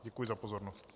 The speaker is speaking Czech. Děkuji za pozornost.